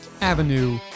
avenue